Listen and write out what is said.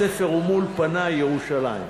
הספר הוא מול פני, ירושלים.